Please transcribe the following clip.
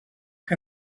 que